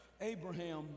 Abraham